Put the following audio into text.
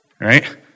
right